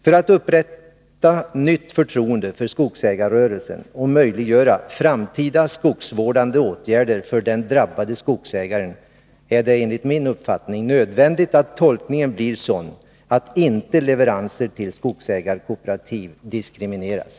För att upprätta nytt förtroende för skogsägarrörelsen och möjliggöra framtida skogsvårdande åtgärder för den drabbade skogsägaren är det enligt min uppfattning nödvändigt att tolkningen blir sådan, att leveranser till skogsägarkooperativ inte diskrimineras.